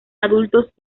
adultos